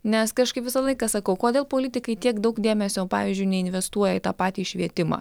nes kažkaip visą laiką sakau kodėl politikai tiek daug dėmesio pavyzdžiui neinvestuoja į tą patį švietimą